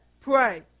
pray